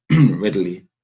readily